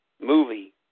movie